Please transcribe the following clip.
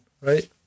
right